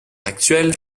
actuel